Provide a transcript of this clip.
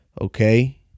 okay